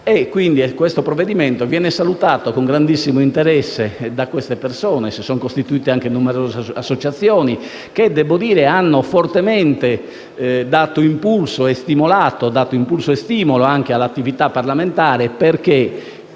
questo provvedimento viene salutato con grandissimo interesse da queste persone: si sono costituite anche numerose associazioni, che hanno fortemente dato impulso e stimolo anche all'attività parlamentare.